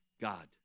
God